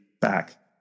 back